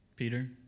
Peter